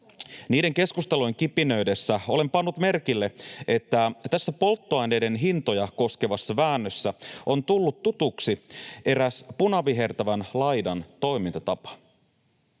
Niiden keskustelujen kipinöidessä olen pannut merkille, että tässä polttoaineiden hintoja koskevassa väännössä on tullut tutuksi eräs punavihertävän laidan toimintatapa: